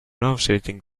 nauseating